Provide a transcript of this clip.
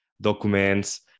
documents